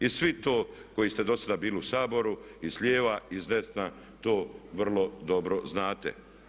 I svi to koji ste dosada bili u Saboru i s lijeva i s desna to vrlo dobro znate.